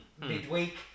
midweek